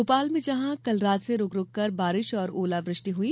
भोपाल में जहां कल रात से रूक रूक कर बारिश और ओलावृष्टि हुई